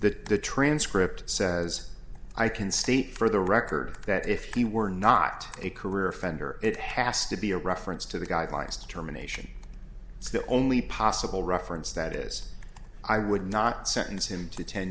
that the transcript says i can state for the record that if he were not a career offender it has to be a reference to the guidelines determination it's the only possible reference that is i would not sentence him to ten